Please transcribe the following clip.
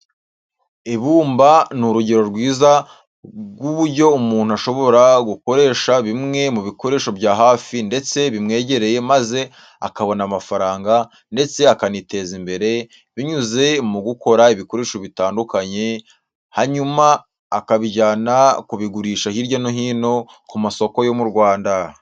Ibumba ni urugero rwiza rw'uburyo umuntu ashobora gukoresha bimwe mu bikoresho bya hafi ndetse bimwegereye maze akabona amafaranga ndetse akaniteza imbere, binyuze mu gukora ibikoresho bitandukanye, hanyuma akabijyana kubigurisha hirya no hino ku masoko yo mu Rwanda.